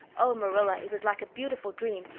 oh, marilla, it was like a beautiful dream!